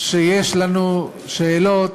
שיש לנו שאלות,